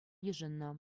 йышӑннӑ